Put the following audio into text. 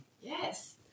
Yes